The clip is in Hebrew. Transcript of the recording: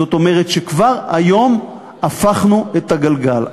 זאת אומרת, כבר היום הפכנו את הגלגל.